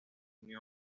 unió